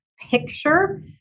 picture